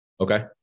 okay